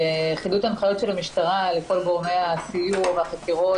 חידוד הנחיות של המשטרה לכל גורמי הסיוע והחקירות